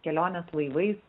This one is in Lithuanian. keliones laivais